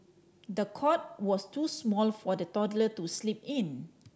the cot was too small for the toddler to sleep in